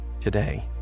today